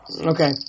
Okay